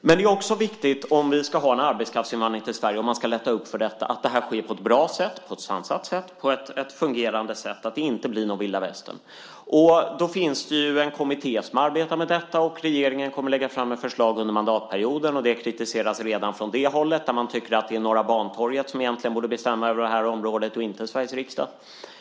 Det är också viktigt, om vi ska lätta upp för arbetskraftsinvandring till Sverige, att det sker på ett bra, sansat och fungerande sätt så att det inte blir vilda västern. Det finns en kommitté som arbetar med detta, och regeringen kommer att lägga fram förslag under mandatperioden. Det kritiseras redan. Man tycker att det är de på Norra Bantorget som ska bestämma över det här området och inte Sveriges riksdag.